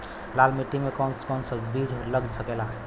लाल मिट्टी में कौन कौन बीज लग सकेला?